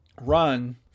run